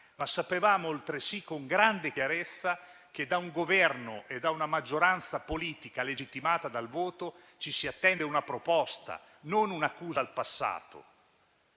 ma sapevamo altresì con grande chiarezza che da un Governo e da una maggioranza politica legittimata dal voto ci si attende una proposta, non un'accusa al passato.